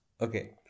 Okay